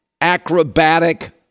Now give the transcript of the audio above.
acrobatic